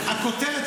תשמע, הכותרת